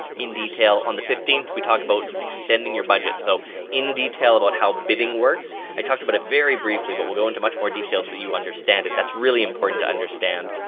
in detail. on the fifteenth we talk about extending your budget. so in detail about how bidding works. i talked about it very briefly but we'll go into much more detail so you understand it. that's really important to understand